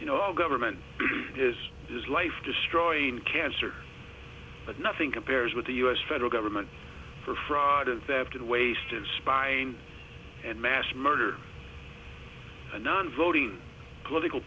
you know our government is this life destroying cancer but nothing compares with the us federal government for fraud and theft and waste and spying and mass murder and non voting political